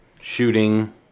shooting